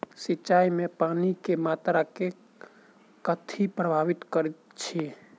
सिंचाई मे पानि केँ मात्रा केँ कथी प्रभावित करैत छै?